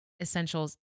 essentials